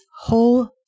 whole